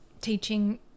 teaching